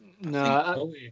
No